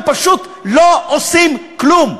הם פשוט לא עושים כלום.